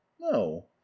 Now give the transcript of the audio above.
no